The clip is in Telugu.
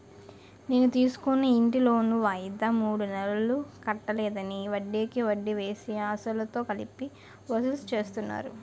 నేను తీసుకున్న ఇంటి లోను వాయిదా మూడు నెలలు కట్టలేదని, వడ్డికి వడ్డీ వేసి, అసలుతో కలిపి వసూలు చేస్తున్నారు